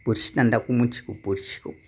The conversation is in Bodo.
बोरसि दान्दाखौ मिथिगौ बोरसिखौ